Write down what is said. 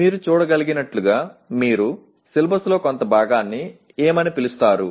మీరు చూడగలిగినట్లుగా మీరు సిలబస్లో కొంత భాగాన్ని ఏమని పిలుస్తారు